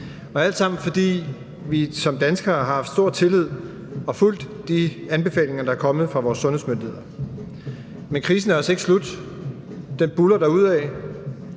og alt sammen fordi vi som danskere har haft stor tillid til og har fulgt de anbefalinger, der er kommet fra vores sundhedsmyndigheder. Men krisen er altså ikke slut. Den buldrer derudaf.